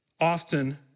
Often